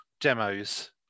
demos